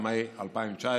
עד מאי 2019,